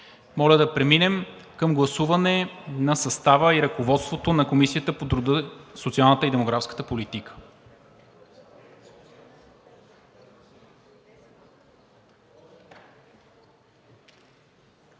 Моля да преминем към гласуване на състава и ръководството на Комисията по труда, социалната и демографската политика.